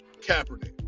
Kaepernick